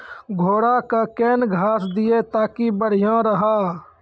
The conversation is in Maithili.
घोड़ा का केन घास दिए ताकि बढ़िया रहा?